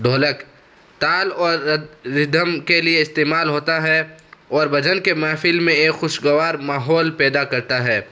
ڈھولک تال اور ریدھم کے لیے استعمال ہوتا ہے اور بھجن کے محفل میں ایک خوشگوار ماحول پیدا کرتا ہے